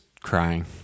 Crying